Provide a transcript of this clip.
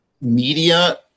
media